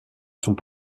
sont